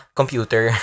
computer